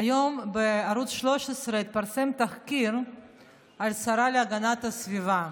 היום בערוץ 13 התפרסם תחקיר על השרה להגנת הסביבה,